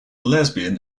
lesbian